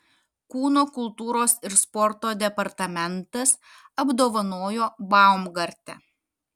kūno kultūros ir sporto departamentas apdovanojo baumgartę